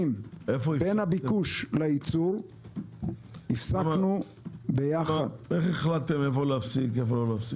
בין הביקוש לייצור --- איך החלטתם איפה להפסיק?